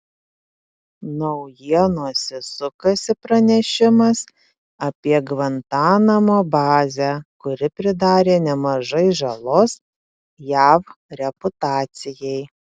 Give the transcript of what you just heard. naujienose sukasi pranešimas apie gvantanamo bazę kuri pridarė nemažai žalos jav reputacijai